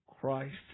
Christ